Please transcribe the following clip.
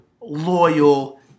loyal